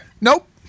Nope